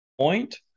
point